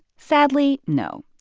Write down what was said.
sadly, no.